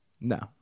No